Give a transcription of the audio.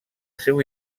seu